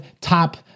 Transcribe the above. top